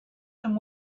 some